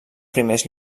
primers